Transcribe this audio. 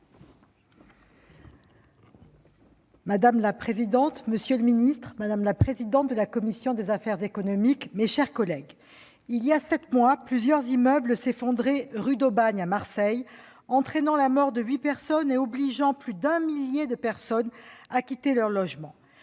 Madame la présidente, monsieur le ministre, madame la présidente de la commission, mes chers collègues, il y a sept mois, plusieurs immeubles s'effondraient rue d'Aubagne à Marseille entraînant la mort de huit personnes et obligeant plus d'un millier d'habitants à quitter leur logement.